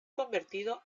convertido